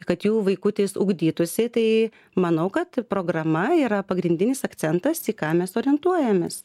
kad jų vaikutis ugdytųsi tai manau kad programa yra pagrindinis akcentas į ką mes orientuojamės